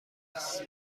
است